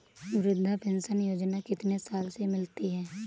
वृद्धा पेंशन योजना कितनी साल से मिलती है?